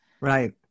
Right